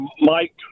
Mike